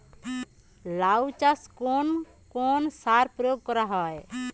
লাউ চাষে কোন কোন সার প্রয়োগ করা হয়?